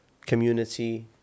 community